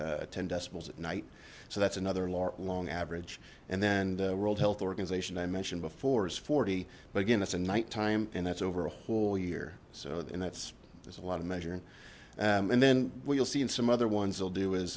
at night so that's another long average and then the world health organization i mentioned before is forty but again it's a night time and that's over a whole year so and that's there's a lot of measuring and then what you'll see in some other ones they'll do is